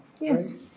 Yes